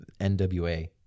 NWA